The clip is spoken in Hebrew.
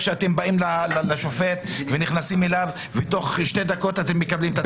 אתם באים לשופט ונכנסים אליו ותוך שתי דקות אתם מקבלים את הצו.